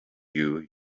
you